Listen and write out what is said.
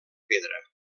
pedra